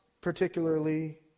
particularly